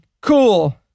cool